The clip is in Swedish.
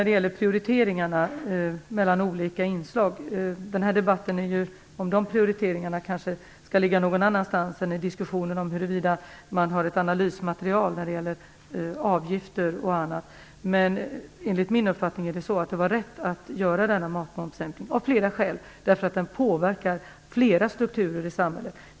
Den här debatten handlar ju om att prioriteringarna mellan olika inslag kanske skall ligga någon annanstans än i diskussionen om huruvida man har ett analysmaterial när det gäller avgifter och annat. Men enligt min uppfattning var det rätt att göra denna matmomssänkning av flera skäl. Den påverkar flera strukturer i samhället.